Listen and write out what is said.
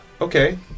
Okay